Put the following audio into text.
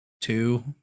two